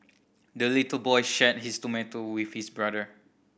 the little boy shared his tomato with his brother